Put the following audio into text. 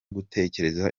gutekereza